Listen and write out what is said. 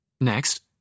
Next